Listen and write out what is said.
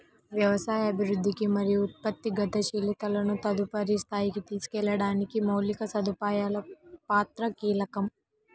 వ్యవసాయ అభివృద్ధికి మరియు ఉత్పత్తి గతిశీలతను తదుపరి స్థాయికి తీసుకెళ్లడానికి మౌలిక సదుపాయాల పాత్ర కీలకం